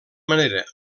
manera